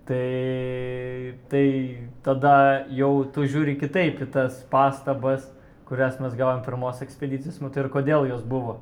tai tai tada jau tu žiūri kitaip į tas pastabas kurias mes gavom pirmos ekspedicijos metu ir kodėl jos buvo